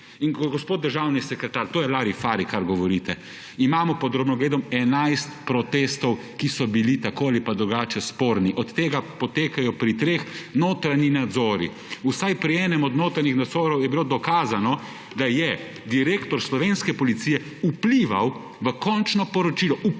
In ko gospod državni sekretar, to je larifari, kar govorite. Imamo pod drobnogledom 11 protestov, ki so bili tako ali pa drugače sporni, od tega potekajo pri treh notranji nadzori. Vsaj pri enem od notranjih nadzorov je bilo dokazano, da je direktor slovenske policije vplival v končno poročilo – vplival.